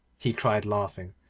he cried, laughing,